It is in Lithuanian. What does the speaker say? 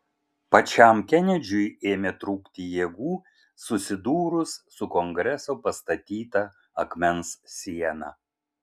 pačiam kenedžiui ėmė trūkti jėgų susidūrus su kongreso pastatyta akmens siena